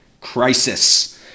crisis